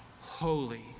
holy